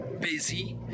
busy